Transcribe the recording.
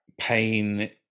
pain